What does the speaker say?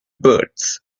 birds